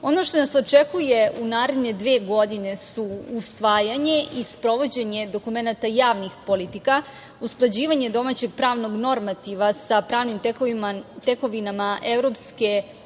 što nas očekuje u naredne dve godine su usvajanje i sprovođenje dokumenata javnih politika, usklađivanje domaćeg pravnog normativa sa pravnim tekovinama EU